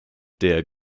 der